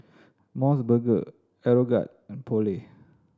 Mos Burger Aeroguard and Poulet